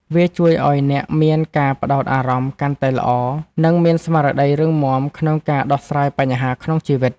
វាជួយឱ្យអ្នកមានការផ្ដោតអារម្មណ៍កាន់តែល្អ និងមានស្មារតីរឹងមាំក្នុងការដោះស្រាយបញ្ហាក្នុងជីវិត។